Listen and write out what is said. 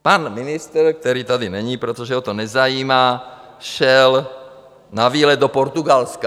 Pan ministr, který tady není, protože ho to nezajímá, šel na výlet do Portugalska.